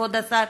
כבוד השר,